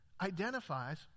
identifies